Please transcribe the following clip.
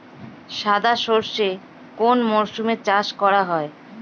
সাদা সর্ষে কোন মরশুমে চাষ করা হয়?